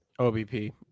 OBP